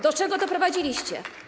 Do czego doprowadziliście?